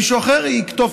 מישהו אחר יקטוף,